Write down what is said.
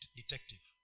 detective